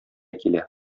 килә